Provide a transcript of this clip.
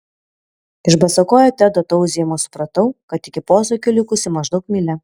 iš basakojo tedo tauzijimo supratau kad iki posūkio likusi maždaug mylia